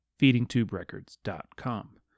FeedingTubeRecords.com